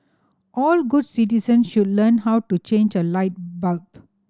all good citizens should learn how to change a light bulb